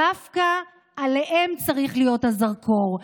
ודווקא עליהם צריך להיות הזרקור.